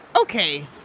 Okay